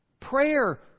Prayer